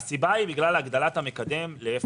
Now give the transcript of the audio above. הסיבה היא הגדלת המקדם ל-0.4.